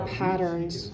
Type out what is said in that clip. patterns